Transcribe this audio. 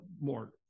more